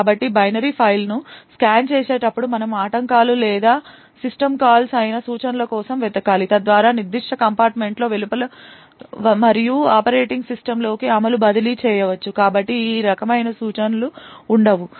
కాబట్టి బైనరీ ఫైల్ను స్కాన్ చేసేటప్పుడు మనము ఆటంకాలు లేదా సిస్టమ్ కాల్స్ అయిన సూచనల కోసం వెతకాలి తద్వారా నిర్దిష్ట కంపార్ట్మెంట్ వెలుపల మరియు ఆపరేటింగ్ సిస్టమ్లోకి అమలును బదిలీ చేయవచ్చు కాబట్టి ఈ రకమైన సూచనలు ఉండవు